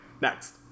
Next